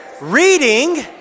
reading